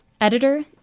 Editor